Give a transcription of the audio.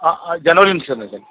general ఇన్స్యూరెన్సే sir